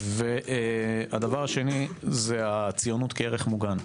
הדבר השני היא הציונות כערך מוגן.